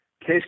Case